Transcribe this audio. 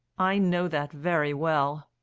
i know that very well.